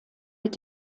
mit